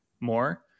more